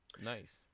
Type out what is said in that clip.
Nice